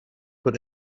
but